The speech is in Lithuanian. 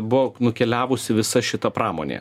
buvo nukeliavusi visa šita pramonė